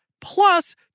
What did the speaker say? plus